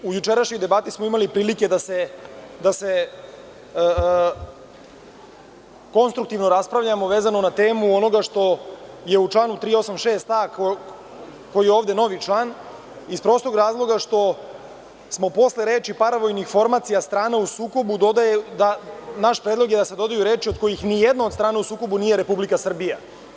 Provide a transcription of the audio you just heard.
U jučerašnjoj debati smo imali prilike da konstruktivno raspravljamo na temu onoga što je u članu 386a koji je ovde novi član, iz razloga što smo posle reči: „paravojnih formacija strana u sukobu“ predložili da se dodaju reči: „od kojih ni jedna od strana u sukobu nije Republika Srbija“